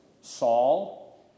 Saul